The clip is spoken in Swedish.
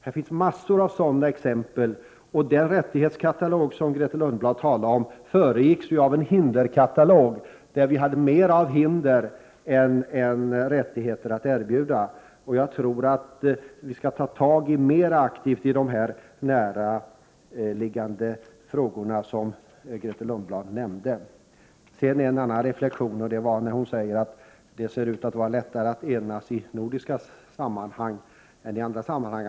Det finns massor av sådana exempel, och den rättighetskatalog som Grethe Lundblad talade om föregicks ju av en hinderkatalog där vi hade mera av hinder än av rättigheter att erbjuda. Jag tror att vi skall ta tag mera aktivt i de här näraliggande frågorna som Grethe Lundblad nämnde. 104 Sedan gjorde jag en reflexion när Grethe Lundblad sade att det förefaller att vara lättare att enas i nordiska sammanhang än att komma överens i andra sammanhang.